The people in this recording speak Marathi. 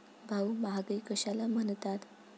भाऊ, महागाई कशाला म्हणतात?